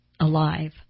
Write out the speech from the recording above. alive